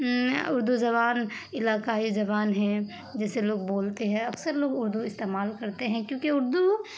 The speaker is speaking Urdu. اردو زبان علاقائی زبان ہیں جسے لوگ بولتے ہیں اکثر لوگ اردو استعمال کرتے ہیں کیونکہ اردو